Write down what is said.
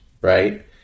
right